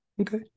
Okay